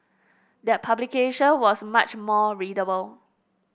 that publication was much more readable